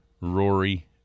Rory